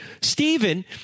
Stephen